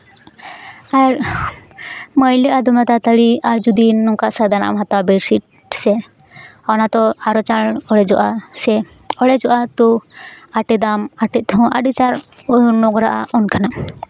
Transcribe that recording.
ᱟᱨ ᱢᱟᱹᱭᱞᱟᱹᱜᱼᱟ ᱫᱚᱢᱮ ᱛᱟᱲᱟ ᱛᱟᱹᱲᱤ ᱟᱨ ᱡᱩᱫᱤ ᱱᱚᱝᱠᱟ ᱥᱟᱫᱟᱱᱟᱜ ᱮᱢ ᱦᱟᱛᱟᱣᱟ ᱵᱮᱰᱥᱤᱴ ᱥᱮ ᱚᱱᱟ ᱫᱚ ᱟᱨᱚ ᱪᱟᱬ ᱚᱲᱮᱡᱚᱜᱼᱟ ᱥᱮ ᱚᱬᱮᱡᱚᱜᱼᱟ ᱛᱳ ᱟᱴᱮᱫᱟᱢ ᱟᱴᱮᱫ ᱛᱮᱦᱚᱸ ᱟᱹᱰᱤ ᱪᱟᱬ ᱱᱚᱝᱨᱟᱜᱼᱟ ᱚᱱᱠᱟᱱᱟᱜ